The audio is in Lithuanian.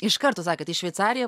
iš karto sakėt į šveicariją